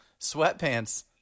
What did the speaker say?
sweatpants